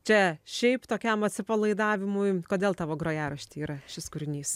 čia šiaip tokiam atsipalaidavimui kodėl tavo grojarašty yra šis kūrinys